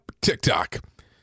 TikTok